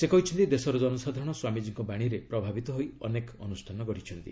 ସେ କହିଛନ୍ତି ଦେଶର ଜନସାଧାରଣ ସ୍ୱାମୀଜୀଙ୍କ ବାଣୀରେ ପ୍ରଭାବିତ ହୋଇ ଅନେକ ଅନୁଷ୍ଠାନ ଗଢ଼ିଛନ୍ତି